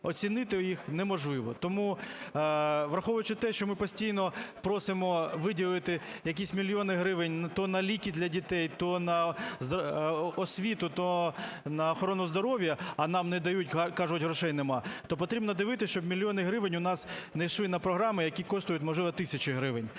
оцінити їх неможливо. Тому, враховуючи те, що ми постійно просимо виділити якісь мільйони гривень то на ліки для дітей, то на освіту, то на охорону здоров'я, а нам не дають, кажуть: грошей немає. То потрібно дивитися, щоб мільйони гривень у нас не йшли на програми, які коштують, можливо, тисячі гривень.